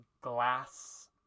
glass